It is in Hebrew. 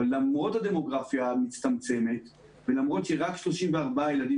אבל למרות הדמוגרפיה המצטמצמת ולמרות שרק 34 ילדים